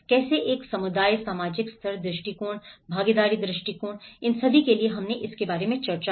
कैसे एक समुदाय सामाजिक स्तर दृष्टिकोण भागीदारी दृष्टिकोण इन सभी के लिए हमने इसके बारे में चर्चा की